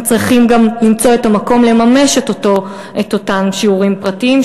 הם צריכים גם למצוא את המקום לממש את אותם שיעורים פרטיים,